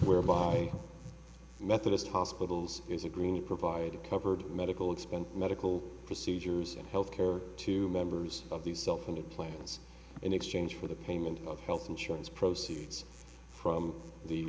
whereby methodist hospitals is a greenie provided covered medical expense medical procedures and health care to members of the cell phone the plans in exchange for the payment of health insurance proceeds from the